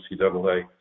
NCAA